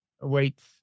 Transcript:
awaits